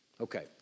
Okay